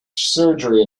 surgery